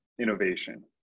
innovation